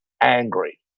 angry